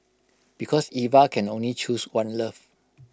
because Eva can only choose one love